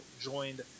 joined